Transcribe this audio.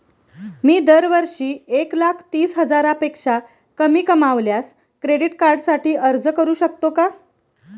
मी दरवर्षी एक लाख तीस हजारापेक्षा कमी कमावल्यास क्रेडिट कार्डसाठी अर्ज करू शकतो का?